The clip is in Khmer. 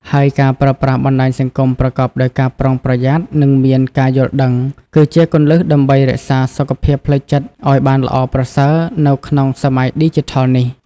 ហើយការប្រើប្រាស់បណ្តាញសង្គមប្រកបដោយការប្រុងប្រយ័ត្ន និងមានការយល់ដឹង គឺជាគន្លឹះដើម្បីរក្សាសុខភាពផ្លូវចិត្តឲ្យបានល្អប្រសើរនៅក្នុងសម័យឌីជីថលនេះ។